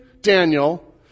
Daniel